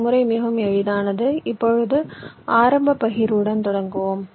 இந்த முறை மிகவும் எளிதானது இப்பொழுது ஆரம்ப பகிர்வுடன் தொடங்குவோம்